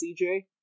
CJ